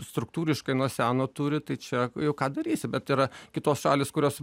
struktūriškai nuo seno turi tai čia jau ką darysi bet yra kitos šalys kurios